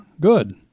good